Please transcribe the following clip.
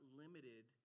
limited